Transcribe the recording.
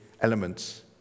elements